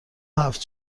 هفت